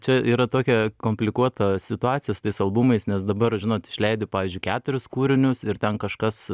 čia yra tokia komplikuota situacija su tais albumais nes dabar žinot išleidi pavyzdžiui keturis kūrinius ir ten kažkas